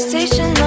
Station